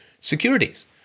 securities